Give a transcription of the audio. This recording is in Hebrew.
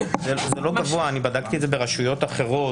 זה לא מאוד גבוה, בדקתי את זה ברשויות אחרות.